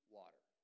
water